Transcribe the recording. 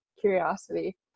curiosity